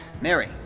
Mary